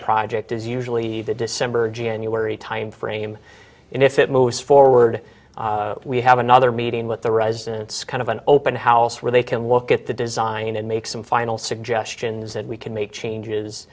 project is usually the december january timeframe and if it moves forward we have another meeting with the residents kind of an open house where they can look at the design and make some final suggestions that we can make changes